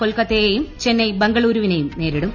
കൊൽക്കത്തയെയും ചെന്നൈ ബംഗളൂരുവിനെയും നേരിടും